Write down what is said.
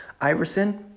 Iverson